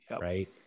Right